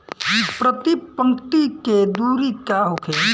प्रति पंक्ति के दूरी का होखे?